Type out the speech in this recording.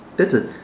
that's a